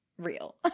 Real